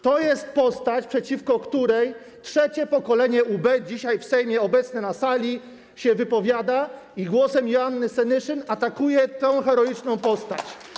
To jest postać, przeciwko której trzecie pokolenie UB, dzisiaj w Sejmie obecne na sali, się wypowiada i głosem Joanny Senyszyn atakuje tę heroiczną postać.